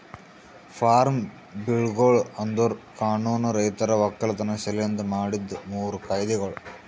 form ಬಿಲ್ಗೊಳು ಅಂದುರ್ ಕಾನೂನು ರೈತರ ಒಕ್ಕಲತನ ಸಲೆಂದ್ ಮಾಡಿದ್ದು ಮೂರು ಕಾಯ್ದೆಗೊಳ್